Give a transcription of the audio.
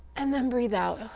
and then breathe out.